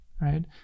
Right